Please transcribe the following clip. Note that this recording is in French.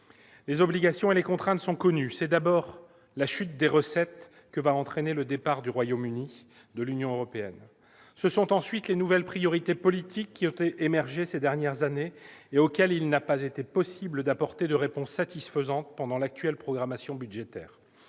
Ces obligations et ces contraintes sont connues. Il s'agit tout d'abord de la chute des recettes que va entraîner le départ du Royaume-Uni de l'Union européenne. Il s'agit ensuite des nouvelles priorités politiques qui ont émergé au cours des dernières années et auxquelles il n'a pas été possible d'apporter de réponse satisfaisante pendant l'actuelle programmation budgétaire